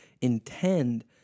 intend